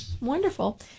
wonderful